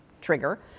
trigger